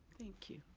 thank you.